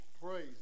Praise